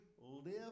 live